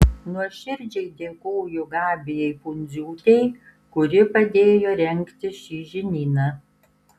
nuoširdžiai dėkoju gabijai pundziūtei kuri padėjo rengti šį žinyną